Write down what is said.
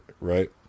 right